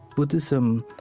buddhism,